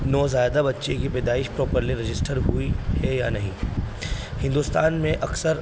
نوزائدہ بچے کی پیدائش پراپرلی رجسٹر ہوئی ہے یا نہیں ہندوستان میں اکثر